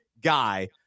guy